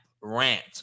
rant